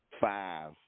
five